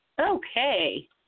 Okay